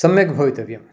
सम्यग्भवितव्यम्